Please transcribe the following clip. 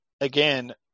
again